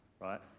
right